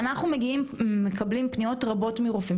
אנחנו מקבלים פניות רבות מרופאים,